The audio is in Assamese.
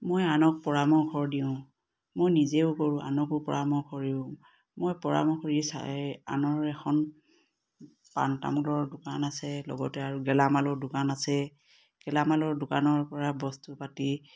মই আনক পৰামৰ্শ দিওঁ মই নিজেও কৰোঁ আনকো পৰামৰ্শ দিওঁ মই পৰামৰ্শ কৰি চাই আনৰ এখন পাণ তামোলৰ দোকান আছে লগতে আৰু গেলামালৰ দোকান আছে গেলামালৰ দোকানৰ পৰা বস্তু পাতি